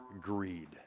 greed